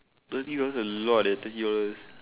thirty dollars a lot eh thirty dollars